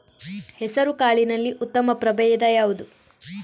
ಹೆಸರುಕಾಳಿನಲ್ಲಿ ಉತ್ತಮ ಪ್ರಭೇಧ ಯಾವುದು?